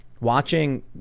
watching